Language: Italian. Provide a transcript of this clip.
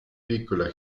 piccola